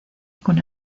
con